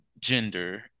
gender